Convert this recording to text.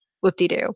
Whoop-dee-doo